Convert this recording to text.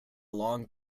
long